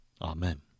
Amen